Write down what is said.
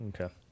Okay